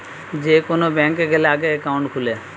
যে কোন ব্যাংকে গ্যালে আগে একাউন্ট খুলে